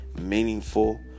meaningful